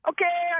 Okay